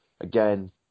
again